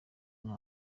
buri